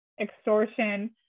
extortion